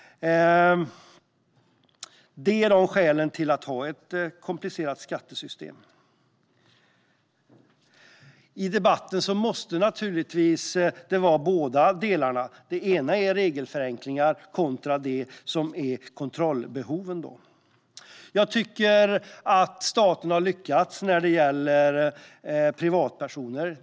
Detta är skälen till att ha ett komplicerat skattesystem. Debatten måste naturligtvis ta upp båda delarna, regelförenklingar kontra kontrollbehoven. Jag tycker att staten har lyckats när det gäller privatpersoners beskattning.